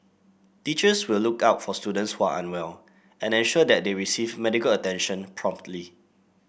teachers will look out for students who are unwell and ensure that they receive medical attention promptly